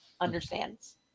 understands